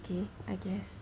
okay I guess